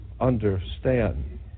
understand